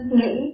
nghĩ